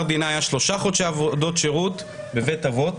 דינה היה 3 חודשי עבודות שירות בבית אבות